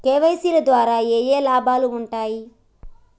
KYC ద్వారా ఏఏ లాభాలు ఉంటాయి?